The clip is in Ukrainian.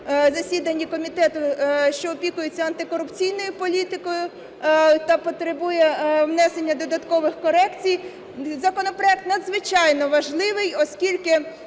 засіданні Комітету, що опікується антикорупційною політикою, та потребує внесення додаткових корекцій. Законопроект надзвичайно важливий, оскільки